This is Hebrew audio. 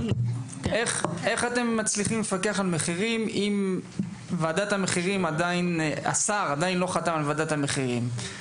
איך אתם מצליחים לפקח על מחירים אם השר עדיין לא חתם על ועדת המחירים?